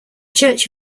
church